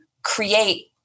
create